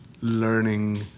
learning